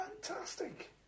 fantastic